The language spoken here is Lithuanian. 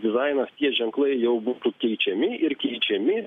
dizainas tie ženklai jau būtų keičiami ir keičiami